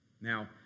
Now